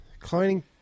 cloning